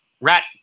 rat